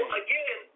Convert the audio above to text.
again